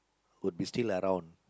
would be still around